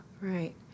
right